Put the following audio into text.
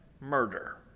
murder